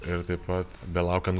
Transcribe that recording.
ir taip pat belaukiant